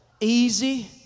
easy